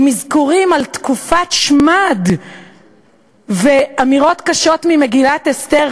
עם אזכורים על תקופת שמד ואמירות קשות ממגילת אסתר,